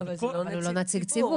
-- אבל זה לא נציג ציבור.